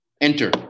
enter